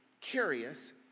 curious